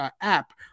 app